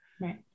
Right